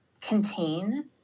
contain